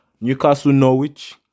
Newcastle-Norwich